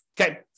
Okay